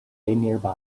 nearby